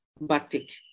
batik